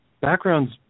Background's